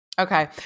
Okay